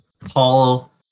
Paul